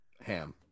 ham